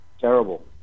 terrible